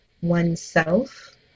oneself